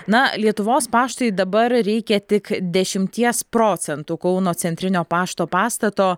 na lietuvos paštui dabar reikia tik dešimties procentų kauno centrinio pašto pastato